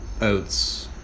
oats